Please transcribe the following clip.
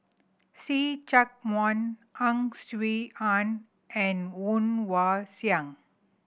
See Chak Mun Ang Swee Aun and Woon Wah Siang